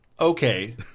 Okay